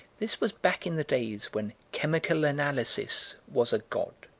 this was back in the days when chemical analysis was a god.